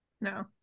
No